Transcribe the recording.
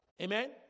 Amen